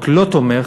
הוא רק לא תומך,